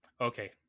Okay